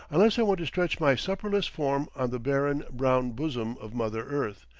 unless i want to stretch my supperless form on the barren, brown bosom of mother earth,